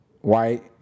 white